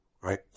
right